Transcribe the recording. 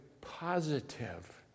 positive